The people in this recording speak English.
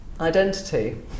identity